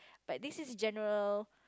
but this is general